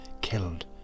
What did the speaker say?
killed